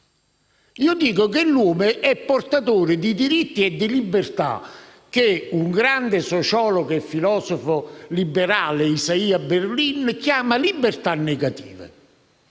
sostengo che l'uomo è portatore di diritti e libertà, che un grande sociologo e filosofo liberale, Isaiah Berlin, chiama libertà negative,